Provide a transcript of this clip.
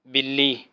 ਬਿੱਲੀ